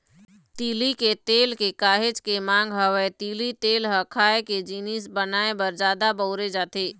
तिली के तेल के काहेच के मांग हवय, तिली तेल ह खाए के जिनिस बनाए बर जादा बउरे जाथे